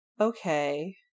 okay